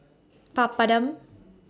Papadum